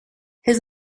his